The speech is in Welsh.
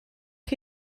chi